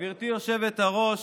גברתי היושבת-ראש,